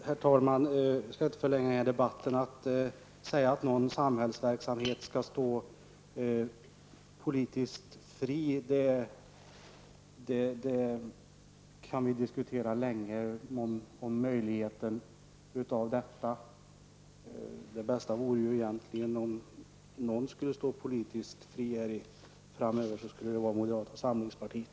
Herr talman! Jag skall inte förlänga debatten för mycket. Att säga att någon samhällsverksamhet skall stå politiskt fri ja, vi kan diskutera länge om någonting sådant är möjligt. Det bästa vore egentligen att om något skulle stå politiskt fritt framöver skulle det vara moderata samlingspartiet.